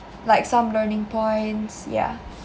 like some learning points yeah